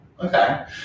Okay